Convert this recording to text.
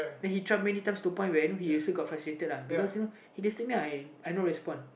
then he tried many times to he got frustrated uh because you know he disturb me I I no respond